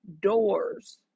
doors